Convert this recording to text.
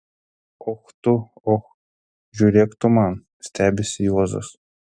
och tu och žiūrėk tu man stebisi juozas